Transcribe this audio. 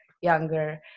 younger